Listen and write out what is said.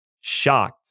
shocked